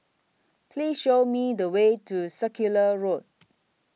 Please Show Me The Way to Circular Road